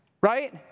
Right